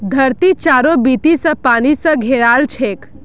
धरती चारों बीती स पानी स घेराल छेक